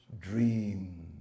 dream